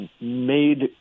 made